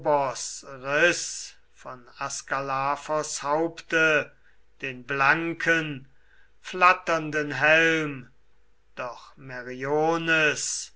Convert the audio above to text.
von askalaphos haupte den blanken flatternden helm doch